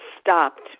stopped